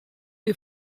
est